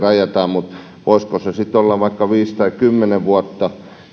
mutta voisiko se kuitenkin olla vaikka viisi tai kymmenen vuotta